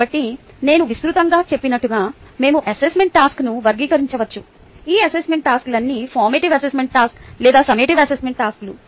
కాబట్టి నేను విస్తృతంగా చెప్పినట్లుగా మేము అసెస్మెంట్ టాస్క్ను వర్గీకరించవచ్చు ఈ అసెస్మెంట్ టాస్క్లన్నీ ఫార్మేటివ్ అసెస్మెంట్ టాస్క్ లేదా సమ్మటివ్ అసెస్మెంట్ టాస్క్లు